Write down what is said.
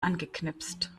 angeknipst